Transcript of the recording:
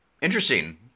Interesting